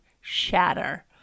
shatter